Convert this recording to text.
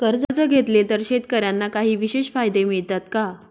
कर्ज घेतले तर शेतकऱ्यांना काही विशेष फायदे मिळतात का?